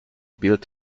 built